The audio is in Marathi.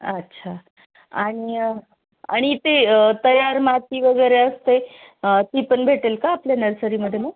अच्छा आणि आणि ते तयार माती वगैरे असते ती पण भेटेल का आपल्या नर्सरीमध्ये मग